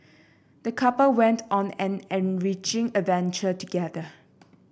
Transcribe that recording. the couple went on an enriching adventure together